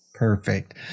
Perfect